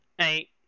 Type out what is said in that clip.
eight